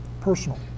personal